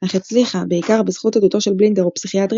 אך הצליחה - בעיקר בזכות עדותו של בלינדר ופסיכיאטרים